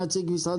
יש נציג משרד